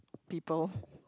people